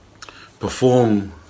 perform